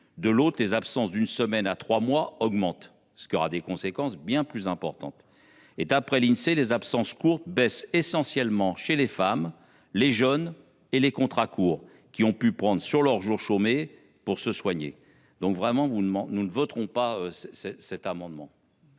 de l’autre, les absences d’une semaine à trois mois augmenteraient, ce qui aurait des conséquences bien plus importantes. Or, d’après l’Insee, les absences courtes baissent essentiellement chez les femmes, les jeunes et les contrats courts, qui prennent sur leurs jours chômés pour se soigner. Nous ne voterons pas cet amendement.